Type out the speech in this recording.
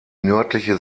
nördliche